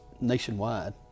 nationwide